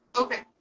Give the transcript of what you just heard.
okay